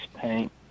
paint